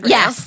Yes